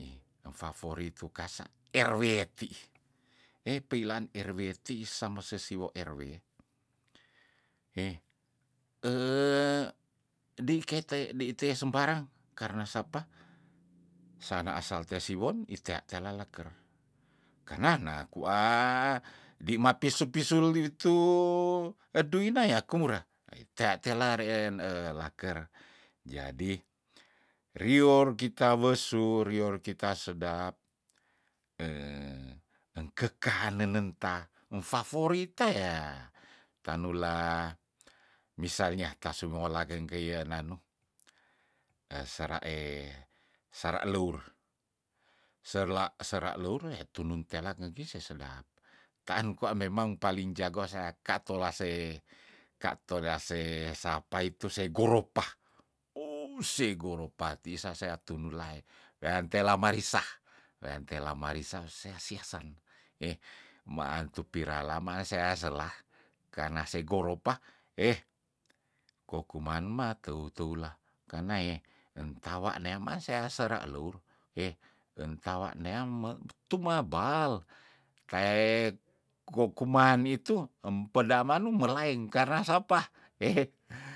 Nye eng favorit tu kasa rw ti eh peilaan rw tii sama sesiwo rw h dei kete dei te sembarang karna sapa sana asal te siwon itea kelalaker karna na kuah dei ma pisu pisu li witu eduina ya kumura wea tea tela reen elaker jadi rior kita wesu rior kita sedap enke kanen ta ngfavorit ta ya tanula misalnya tasu muola kang kei ya nanu esera e sera leur serla sera leur tunu telak ngegis se sedap taan kwa memang paling jago sea katola se katola se sapa itu se goropa ouh se goropa ti sa sea tunu lae wea ntela marisa wean tela marisa sea siasen we maantu pirala maasea sela karna se goropa eh ko kuman mateu teu la karna ye entawa neama sea sera leur heh entawa neam me tumabal kayaet gokuman itu emepeda manu me laeng karna sapa